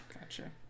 Gotcha